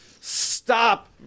stop